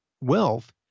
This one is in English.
wealth